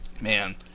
Man